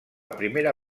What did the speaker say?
primera